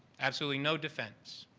absolutely, no defense.